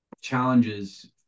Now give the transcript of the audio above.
challenges